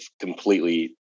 completely